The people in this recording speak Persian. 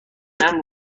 امر